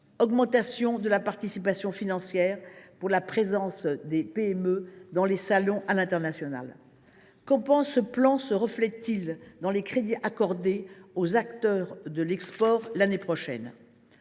l’augmentation de la participation financière pour la présence des PME dans les salons à l’étranger. Comment ce plan se reflète t il dans les crédits accordés aux acteurs de l’export l’année prochaine ?